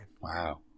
Wow